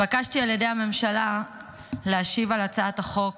התבקשתי על ידי הממשלה להשיב על הצעת החוק